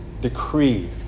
decree